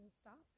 stop